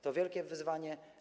To wielkie wyzwanie.